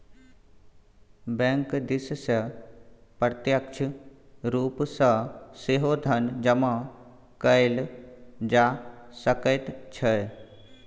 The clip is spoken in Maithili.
बैंक दिससँ प्रत्यक्ष रूप सँ सेहो धन जमा कएल जा सकैत छै